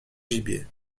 gibier